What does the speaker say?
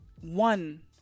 one